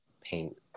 paint